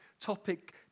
topic